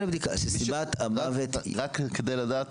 סיבת המוות --- רק כדי לדעת,